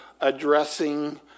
addressing